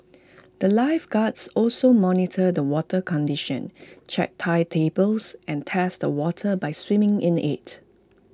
the lifeguards also monitor the water condition check tide tables and test the water by swimming in IT